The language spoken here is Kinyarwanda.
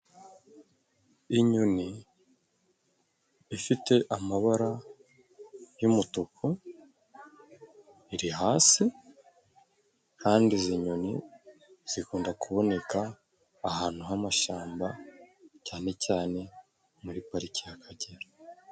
Inyoni ifite amabara yumutuku iri hasi, kandi izi nyoni zikunda kuboneka ahantu h'amashyamba cyane cyane muri parike y' Akagera.